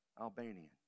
Albanian